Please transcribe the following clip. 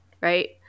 right